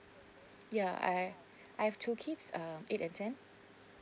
ya I I have two kids um eight and ten